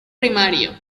primario